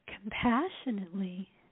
compassionately